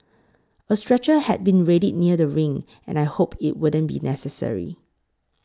a stretcher had been readied near the ring and I hoped it wouldn't be necessary